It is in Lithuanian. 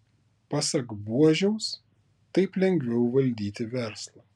pasak buožiaus taip lengviau valdyti verslą